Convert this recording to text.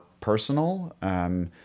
personal